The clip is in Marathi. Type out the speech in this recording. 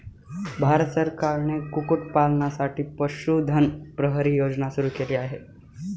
भारत सरकारने कुक्कुटपालनासाठी पशुधन प्रहरी योजना सुरू केली आहे